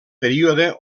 període